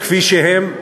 כפי שהם.